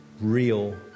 real